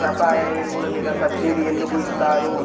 రసాయన ఎరువులు మీద సబ్సిడీ ఎందుకు ఇస్తారు?